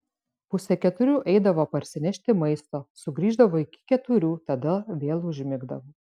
pusę keturių eidavo parsinešti maisto sugrįždavo iki keturių tada vėl užmigdavo